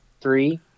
Three